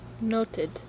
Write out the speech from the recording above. Noted